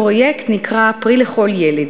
הפרויקט נקרא "פרי לכל ילד".